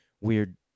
weird